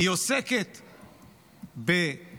היא עוסקת בשיקום?